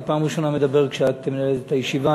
אני פעם ראשונה מדבר כשאת מנהלת את הישיבה.